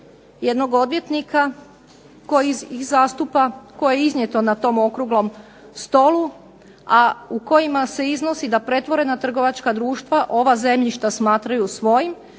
ih zastupa, koje je iznijeto na tom okruglom stolu, a u kojima se iznosi da pretvorena trgovačka društva ova zemljišta smatraju svojim,